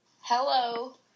Hello